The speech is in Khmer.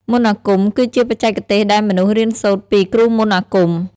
មន្តអាគមគឺជាបច្ចេកទេសដែលមនុស្សរៀនសូត្រពីគ្រូមន្តអាគម។